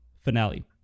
Finale